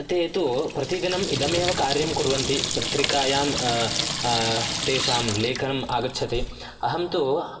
ते तु प्रतिदिनम् इदमेव कार्यं कुर्वन्ति पत्रिकायां तेषां लेखनम् आगच्छति अहं तु